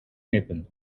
knippen